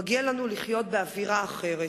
מגיע לנו לחיות באווירה אחרת.